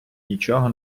нічого